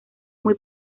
muy